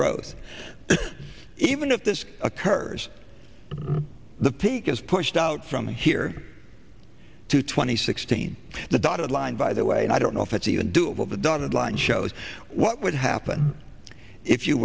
growth even if this occurs the peak is pushed out from here to twenty sixteen the dotted line by the way and i don't know if it's even doable the dotted line shows what would happen if you